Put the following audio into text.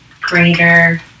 greater